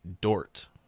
Dort